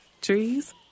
Trees